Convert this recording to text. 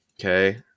okay